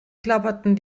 klapperten